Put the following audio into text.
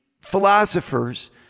philosophers